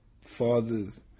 fathers